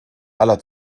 aller